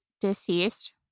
deceased